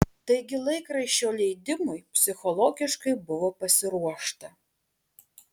taigi laikraščio leidimui psichologiškai buvo pasiruošta